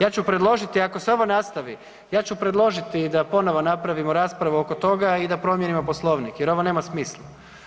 Ja ću predložiti ako se ovo nastavi, ja ću predložiti da ponovno napravimo raspravu oko toga i da promijenimo Poslovnik, jer ovo nema smisla.